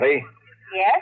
Yes